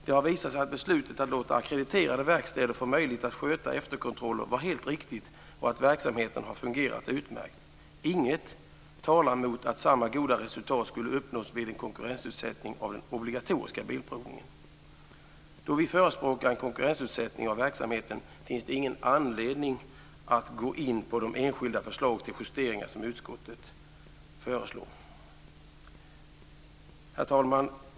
Det har visat sig att beslutet att låta ackrediterade verkstäder få möjlighet att sköta efterkontroller var helt riktigt, och verksamheten har fungerat utmärkt. Inget talar mot att samma goda resultat skulle uppnås vid en konkurrensutsättning av den obligatoriska bilprovningen. Då vi förespråkar en konkurrensutsättning av verksamheten finns det ingen anledning att gå in på de enskilda förslag till justeringar som utskottet föreslår. Herr talman!